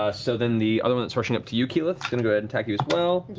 so then the other one that's rushing up to you, keyleth, is going to ah and attack you, as well.